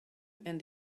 and